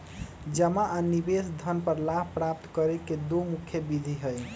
जमा आ निवेश धन पर लाभ प्राप्त करे के दु मुख्य विधि हइ